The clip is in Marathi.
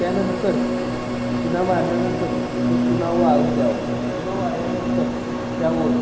त्यानंतर चुना मारल्यानंतर तो चुना वाळू द्यावा चुना वाळल्यानंतर त्यावर